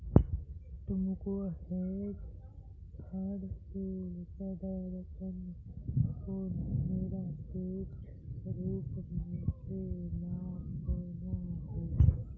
तुमको hedge fund के प्रदर्शन को निरपेक्ष रूप से मापना होगा